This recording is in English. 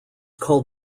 called